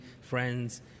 friends